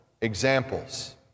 examples